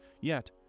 Yet